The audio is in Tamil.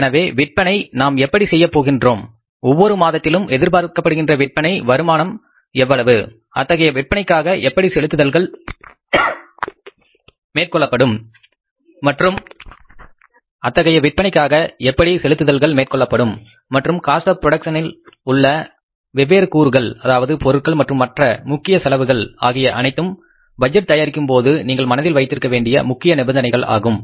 எனவே விற்பனை நாம் எப்படி செய்யப் போகின்றோம் ஒவ்வொரு மாதத்திலும் எதிர்பார்க்கப்படுகின்ற விற்பனை வருமானம் எவ்வளவு அத்தகைய விற்பனைக்காக எப்படி செலுத்துதல்கள் மேற்கொள்ளப்படும் மற்றும் காஸ்ட் ஆஃ புரோடக்சன்இலுள்ள வெவ்வேறு கூறுகள் அதாவது பொருட்கள் மற்றும் மற்ற முக்கியமான செலவுகள் ஆகிய அனைத்தும் பட்ஜெட் தயாரிக்கும்போது நீங்கள் மனதில் வைத்திருக்க வேண்டிய முக்கியமான நிபந்தனைகள் ஆகும்